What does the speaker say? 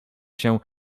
się